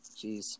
jeez